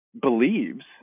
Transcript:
believes